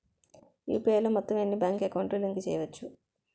UPI లో మొత్తం ఎన్ని బ్యాంక్ అకౌంట్ లు లింక్ చేయచ్చు?